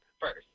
first